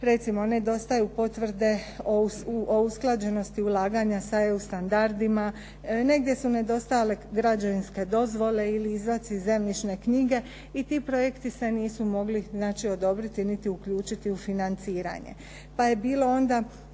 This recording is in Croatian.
recimo nedostaju potvrde o usklađenosti ulaganja sa EU standardima, negdje su nedostajale građevinske dozvole ili izvaci iz zemljišne knjige i ti projekti se nisu mogli znači odobriti, niti uključiti u financiranje. Pa je bilo onda